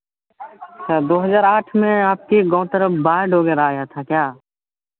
दो हज़ार आठ में आपके गाँव तरफ बाढ़ वगैरह आया था क्या